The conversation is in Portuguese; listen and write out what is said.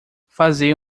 fazer